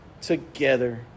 together